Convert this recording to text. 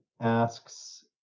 asks